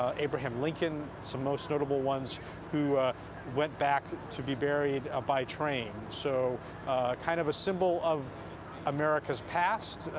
ah abraham lincoln, some most notable ones who went back to be buried ah by train so kind of a symbol of america's past.